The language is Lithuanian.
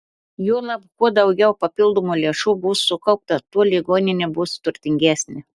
juolab kuo daugiau papildomų lėšų bus sukaupta tuo ligoninė bus turtingesnė